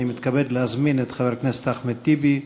אני מתכבד להזמין את חבר הכנסת אחמד טיבי,